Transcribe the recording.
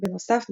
בנוסף,